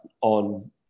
on